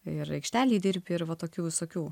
ir aikštelėj dirbi ir va tokių visokių